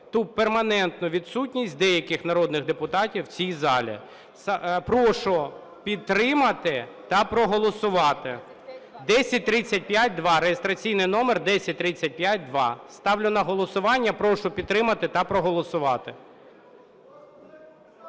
ту перманентну відсутність деяких народних депутатів в цій залі. Прошу підтримати та проголосувати. 1035-2. Реєстраційний номер 1035-2. Ставлю на голосування. Прошу підтримати та проголосувати.